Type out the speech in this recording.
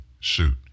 suit